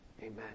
Amen